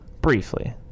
Briefly